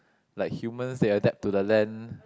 like humans they adapt to the land